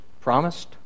promised